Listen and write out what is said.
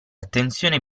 attenzione